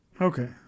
Okay